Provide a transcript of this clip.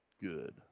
Good